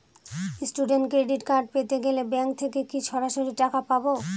Student credit card পেতে গেলে bank থেকে কি সরাসরি টাকা পাবো?